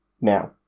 Now